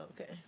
Okay